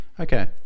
Okay